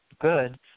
good